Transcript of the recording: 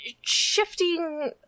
shifting